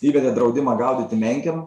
įvedė draudimą gaudyti menkėm